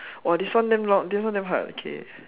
!wah! this one damn this one damn hard k